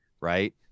right